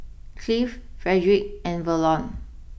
Cleve Frederick and Verlon